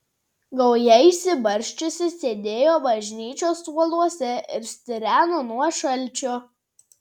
gauja išsibarsčiusi sėdėjo bažnyčios suoluose ir stireno nuo šalčio